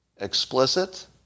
explicit